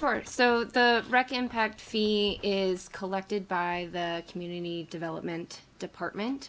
parts so wreck impact fee is collected by the community development department